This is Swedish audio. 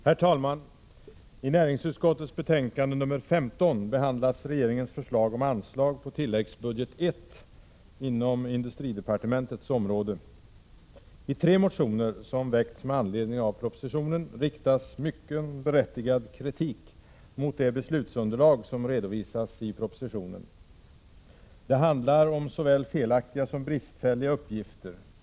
Herr talman! I näringsutskottets betänkande nr 15 behandlas regeringens förslag om anslag på tilläggsbudget I inom industridepartementets område. I tre motioner, som väckts med anledning av propositionen, riktas mycken berättigad kritik mot det beslutsunderlag som redovisas i propositionen. Det handlar om såväl felaktiga som bristfälliga uppgifter.